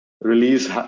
release